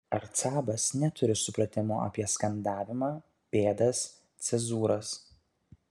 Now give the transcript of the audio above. arcabas neturi supratimo apie skandavimą pėdas cezūras